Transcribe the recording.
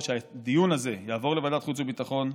שהדיון הזה יעבור לוועדת החוץ והביטחון,